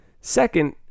second